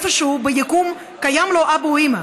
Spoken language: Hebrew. איפשהו ביקום קיים לו אבא או אימא,